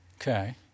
Okay